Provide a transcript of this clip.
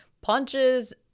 punches